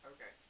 Okay